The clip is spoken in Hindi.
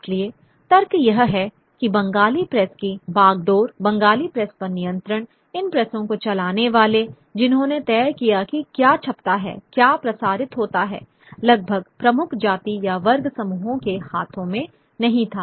इसलिए तर्क यह है कि बंगाली प्रेस की बागडोर बंगाली प्रेस पर नियंत्रण इन प्रेसों को चलाने वाले जिन्होंने तय किया कि क्या छपता है क्या प्रसारित होता है लगभग प्रमुख जाति या वर्ग समूहों के हाथों में नहीं था